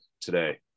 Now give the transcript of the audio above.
today